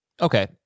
Okay